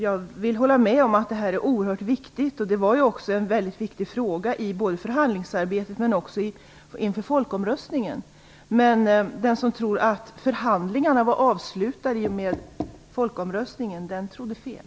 Jag vill hålla med om att detta är oerhört viktigt. Det var en viktig fråga i både förhandlingsarbetet och inför folkomröstningen. Men den som trodde att förhandlingarna var avslutade i och med folkomröstningen, den trodde fel.